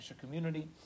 community